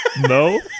No